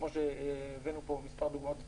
כמו שהביאו פה מספר דוגמאות לצערנו,